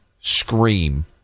scream